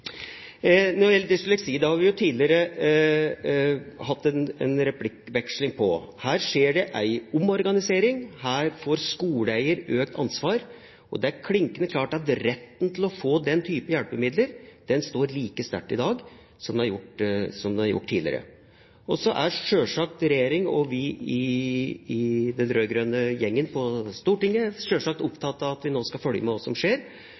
Når det gjelder dysleksi, har vi jo tidligere hatt en replikkveksling om det. Her skjer det en omorganisering, her får skoleeier økt ansvar. Men det er klinkende klart at retten til å få den type hjelpemidler står like sterkt i dag som den har gjort tidligere. Så er sjølsagt regjeringa og vi i den rød-grønne gjengen på Stortinget opptatt av at vi nå skal følge med på hva som skjer,